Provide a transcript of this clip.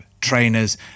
trainers